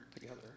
together